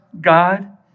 God